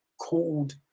called